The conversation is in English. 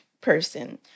person